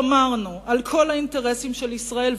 המשא-ומתן שמרנו על כל האינטרסים של ישראל,